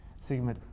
sigma